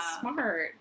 smart